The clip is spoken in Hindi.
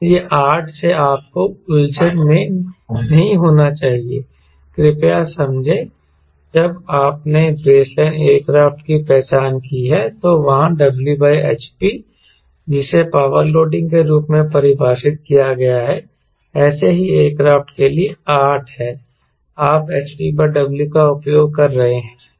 यह 8 से आपको उलझन में नहीं होना चाहिए कृपया समझें जब आपने बेसलाइन एयरक्राफ्ट की पहचान की है तो वहां Whp जिसे पावर लोडिंग के रूप में परिभाषित किया गया है ऐसे ही एयरक्राफ्ट के लिए 8 है आप hpW का उपयोग कर रहे हैं